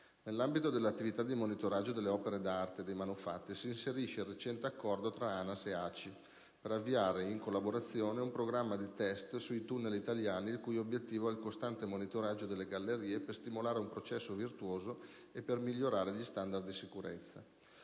Nell'ambito delle attività di monitoraggio delle opere d'arte e dei manufatti, si inserisce il recente accordo tra ANAS e ACI, per avviare in collaborazione un programma di test sui tunnel italiani il cui obiettivo è il costante monitoraggio delle gallerie per stimolare un processo virtuoso e per migliorare gli standard di sicurezza.